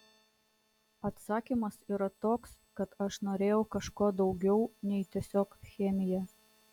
atsakymas yra toks kad aš norėjau kažko daugiau nei tiesiog chemija